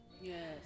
Yes